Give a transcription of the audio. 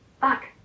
Back